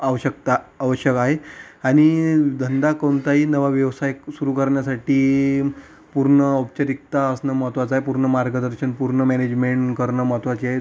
आवश्यकता आवश्यक आहे आणि धंदा कोणताही नवा व्यवसाय सुरू करण्यासाठी पूर्ण औपचारिकता असणं महत्त्वाचं आहे पूर्ण मार्गदर्शन पूर्ण मॅनेजमेन करणं महत्त्वाचे आहे